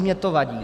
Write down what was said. Mně to vadí.